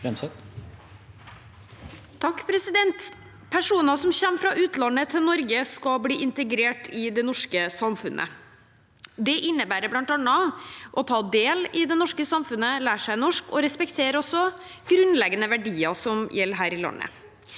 (H) Personer som kommer fra utlandet til Norge, skal bli integrert i det norske samfunnet. Det innebærer bl.a. å ta del i det norske samfunnet, lære seg norsk og respektere grunnleggende verdier som gjelder her i landet.